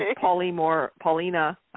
Paulina